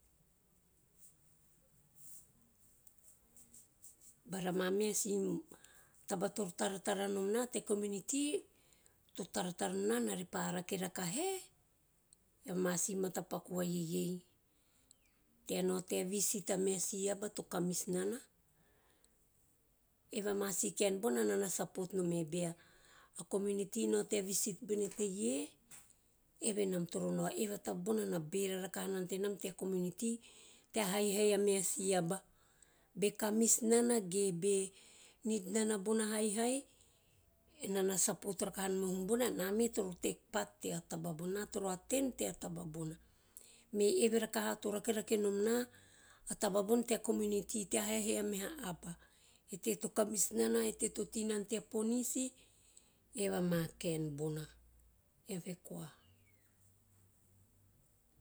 Bara mameha si taba to taratara nom na tea community, to taratara nom na ena repa rake rakahe ei ama si matapaku va ie- ea rei tea nao tea visit a meha si aba to kamis nana, evo ama si kaen bono enana support nome`e bea, community nao tea visit bene tere eve enam teo nao, eve ama taba bona na bera rakaha nana tenam tea community tea haihai a meha si aba be kamis nana ge be need nana bona haihai enana support vakaha nom o hum bona ena me toro take part tea taba bona, ena toro attend tea taba bona me eve rakaha to rakerake nom na a taba bona tea community tea haihai a meha aba, e teie to kamis nana, e teie to tei nana tea ponis. Eve ana kaen bona. Eve koa.